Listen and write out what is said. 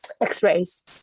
x-rays